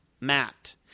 Matt